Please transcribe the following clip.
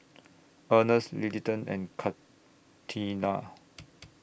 Ernest Littleton and Contina